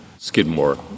Skidmore